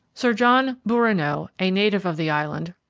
sir john bourinot, a native of the island,